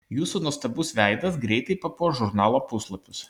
jūsų nuostabus veidas greitai papuoš žurnalo puslapius